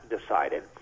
decided